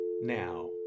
Now